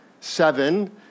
seven